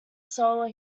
solar